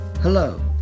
Hello